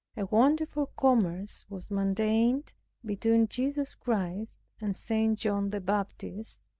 a wonderful commerce was maintained between jesus christ and st. john the baptist,